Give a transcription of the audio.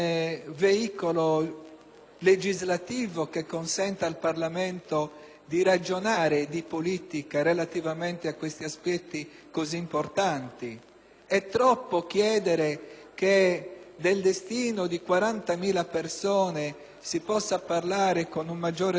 legislativo che consenta al Parlamento di ragionare di politica relativamente a questi aspetti così importanti? È troppo chiedere che del destino di 40.000 persone si possa parlare con un maggiore senso di responsabilità,